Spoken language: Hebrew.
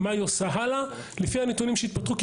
מה היא עושה הלאה לפי הנתונים שיתפתחו,